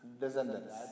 descendants